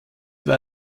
war